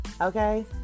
Okay